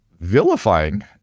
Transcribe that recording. vilifying